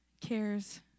cares